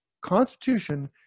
Constitution